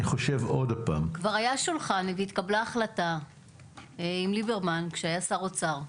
אני חושב עוד הפעם --- כבר היה שולחן עם ליברמן כשהיה שר אוצר,